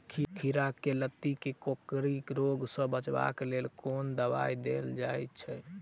खीरा केँ लाती केँ कोकरी रोग सऽ बचाब केँ लेल केँ दवाई देल जाय छैय?